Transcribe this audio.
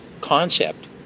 concept